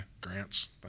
grants